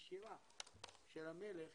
ישירה של המלך,